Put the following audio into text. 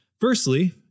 firstly